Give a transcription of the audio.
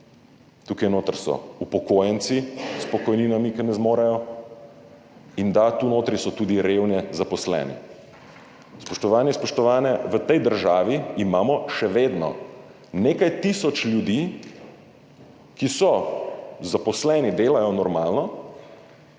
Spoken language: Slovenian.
tukaj notri so upokojenci s pokojninami, s katerimi ne zmorejo, in da, tu notri so tudi revne zaposlene. Spoštovani in spoštovane, v tej državi imamo še vedno nekaj tisoč ljudi, ki so zaposleni, delajo normalno